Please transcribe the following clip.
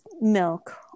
milk